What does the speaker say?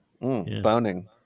Boning